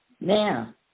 Now